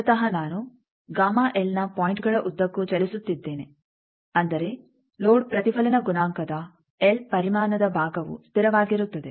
ಮೂಲತಃ ನಾನು ನ ಪಾಯಿಂಟ್ಗಳ ಉದ್ದಕ್ಕೂ ಚಲಿಸುತ್ತಿದ್ದೇನೆ ಅಂದರೆ ಲೋಡ್ ಪ್ರತಿಫಲನ ಗುಣಾಂಕದ ಎಲ್ ಪರಿಮಾಣದ ಭಾಗವು ಸ್ಥಿರವಾಗಿರುತ್ತದೆ